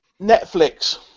Netflix